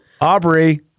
Aubrey